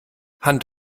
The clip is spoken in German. hand